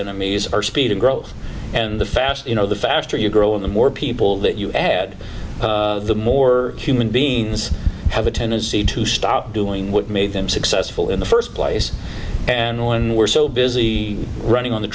enemies are speed and growth and the faster you know the faster you grow and the more people that you add the more human beings have a tendency to stop doing what made them successful in the first place and when we're so busy running on the